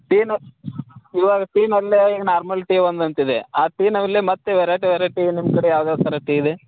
ಟೀನ ಇವಾಗ ಟೀನಲ್ಲೇ normal tea ಒಂದು ಅಂತ ಇದೆ ಆ ಟೀನಲ್ಲೇ ಮತ್ತೆ ವೆರೈಟಿ ವೆರೈಟಿ ನಿಮ್ಮ ಕಡೆ ಯಾವ್ಯಾವ್ದು ಥರ ಟೀ ಇದೆ